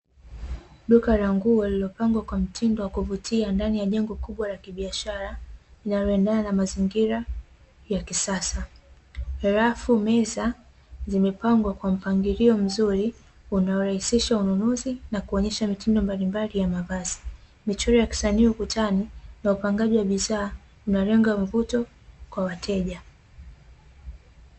Duka la nguo liliopangwa kwa mtindo wa kuvutia ndani ya jengo kubwa la kibiashara, linaloendana na mazingira ya kisasa. Rafu, meza zimepangwa kwa mpangilio mzuri unaorahisisha ununuzi na kuonyesha mitindo mbalimbali ya mavazi. Michoro ya kisanii ukutani na upangaji wa bidhaa unalenga mvuto kwa wateja